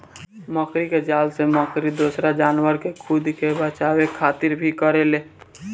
मकड़ी के जाल से मकड़ी दोसरा जानवर से खुद के बचावे खातिर भी करेले